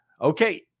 Okay